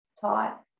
taught